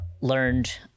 learned